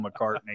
McCartney